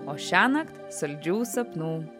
o šiąnakt saldžių sapnų